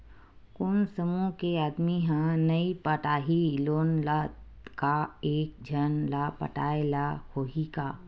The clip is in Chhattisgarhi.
कोन समूह के आदमी हा नई पटाही लोन ला का एक झन ला पटाय ला होही का?